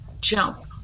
jump